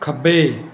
ਖੱਬੇ